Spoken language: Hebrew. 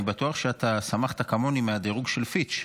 אני בטוח שאתה שמחת כמוני מהדירוג של פיץ',